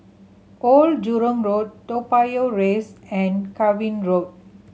Old Jurong Road Toa Payoh Rise and Cavan Road